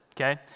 Okay